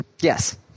Yes